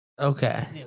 Okay